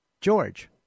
George